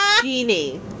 genie